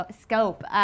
scope